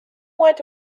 went